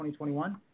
2021